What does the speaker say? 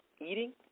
eating